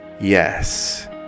Yes